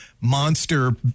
monster